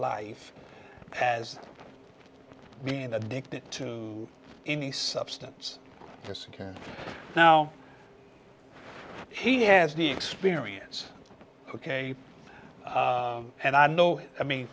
life as being addicted to any substance for secure now he has the experience ok and i know i mean